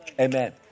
Amen